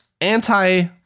anti